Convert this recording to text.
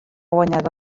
guanyat